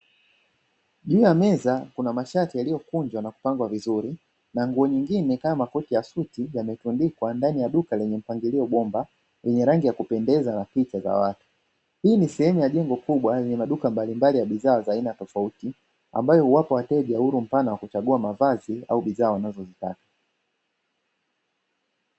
Juu ya meza kuna mashati yaliyokunjwa na kupangwa vizuri na nguo nyingine kama makoti ya suti yametundikwa ndani ya duka lenye mpangilio bomba lenye rangi ya kupendeza na picha za watu. Hii ni sehemu ya jengo kubwa yenye maduka mbalimbali ya bidhaa za aina tofauti ambayo huwapa wateja uhuru mpana wa kuchagua mavazi au bidhaa wanazozitaka.